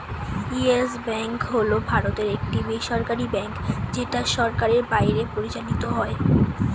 yes Bank হল ভারতের একটি বেসরকারী ব্যাঙ্ক যেটা সরকারের বাইরে পরিচালিত হয়